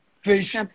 fish